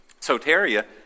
soteria